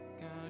God